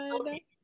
okay